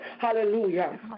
hallelujah